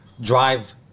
drive